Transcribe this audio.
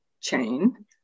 chain